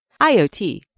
IOT